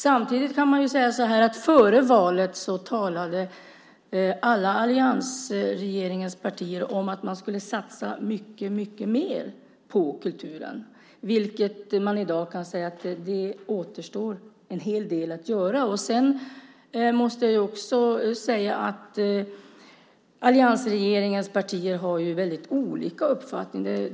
Samtidigt kan man säga att före valet talade alla alliansregeringens partier om att de skulle satsa mycket mer på kulturen. I dag kan man säga att det återstår en hel del att göra. Jag måste också säga att alliansregeringens partier har väldigt olika uppfattning.